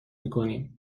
میکنیم